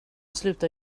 sluta